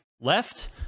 left